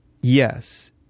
yes